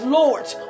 lords